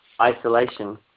isolation